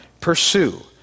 pursue